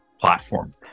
platform